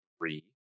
three